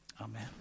Amen